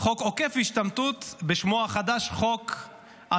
חוק עוקף השתמטות, בשמו החדש: חוק המעונות.